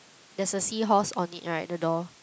there's a seahorse on it right the door